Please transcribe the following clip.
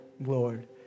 Lord